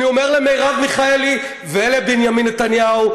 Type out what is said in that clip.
אני אומר למרב מיכאלי ולבנימין נתניהו,